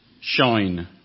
shine